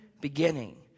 beginning